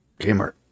Kmart